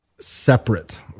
separate